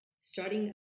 starting